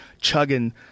chugging